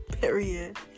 period